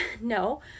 no